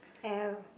oh